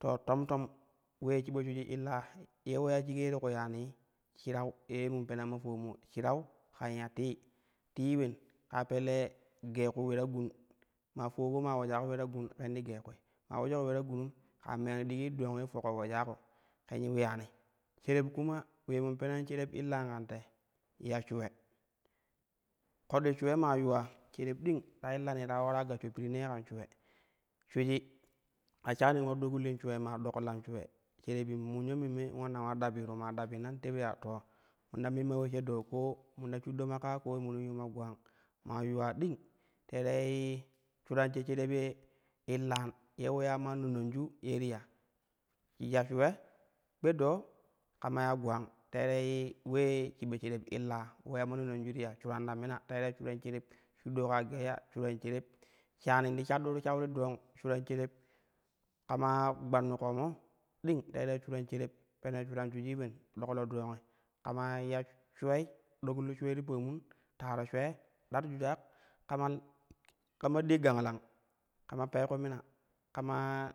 To tom tom wee shiba shuiji illa ye uleya shigi ye ti ku yani shirau ye mun oena ma foulonmu foulon mu shirau kan ya til, tii ulen ka pelle gee ku ule ta gum ma foulan ke maa ulejako ule ta gum ke ti gee kui maa ule je ko ule ta gunum ka meyani digi dang foko ulejako ken yiu yani-shereb kuma ulee mun penan shereb illan kan te, ya shuwe, koɗɗi shuuwe maa yuula shereb ding ta illani ta ularani ta yiu gashsho pirimne kan shuule, shuiji ta shani ula dlokillin shuurei maa ɗokillan shuule shereb in munyo memme ulanna ula dabyuru maa dabyinn in tewi ya to min ta mimma ule she doo ko mum ta shuddo ma kaa ko mun ta yuuma gulang maa yunta ding teerei shuran she shereb ye illan ye uleya ma nononju ye ti ya, ya shuule, kpe doo, kama ya gulang teerei ulee shiba shereb illa uleya ma nononju ti ya, shurom ta mina teerei shuran shereb, shuddo kaa geyya shuran shereb, shani ti shadduru shau ti ɗong shuran shereb, kama gbannu koome ding leerei shuran shereb pene shuran shuijii illen doklo dongi kama ya shuwii dogullu shuule ti paamun taare shuule, daru jujak kama kama dig ganglang, kama pee ku mina kama